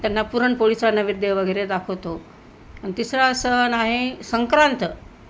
त्यांना पुरणपोळीचा नैवेद्य वगैरे दाखवतो आणि तिसरा सण आहे संक्रांत